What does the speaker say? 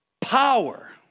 power